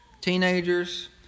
Teenagers